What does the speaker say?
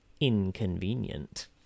inconvenient